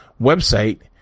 website